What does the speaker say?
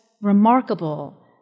remarkable